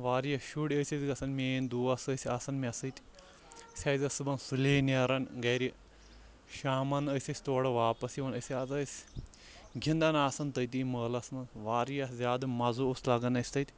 واریاہ شُرۍ ٲسۍ أسۍ گژھان میٛٲنۍ دوس ٲسۍ آسان مےٚ سۭتۍ أسۍ حظ ٲس صُبحن سُلے نیران گرِ شامَن ٲسۍ أسۍ تورٕ واپس یِوان أسۍ حظ ٲسۍ گِنٛدان آسن تٔتی مٲلس منٛز واریاہ زیادٕ مزٕ اوس لگان اَسہِ تَتہِ